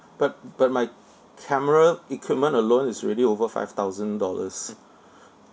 but but my camera equipment alone is already over five thousand dollars